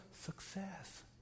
success